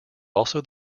also